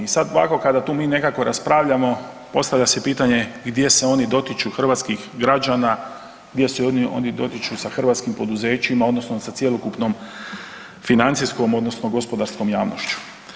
I sad ovako kada mi tu nekako raspravljamo postavlja se pitanje gdje se oni dotiču hrvatskih građana, gdje se oni dotiču sa hrvatskim poduzećima odnosno sa cjelokupnom financijskom odnosno gospodarskom javnošću?